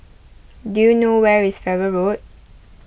do you know where is Farrer Road